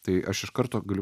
tai aš iš karto galiu